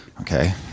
Okay